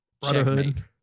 Brotherhood